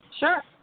Sure